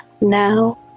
now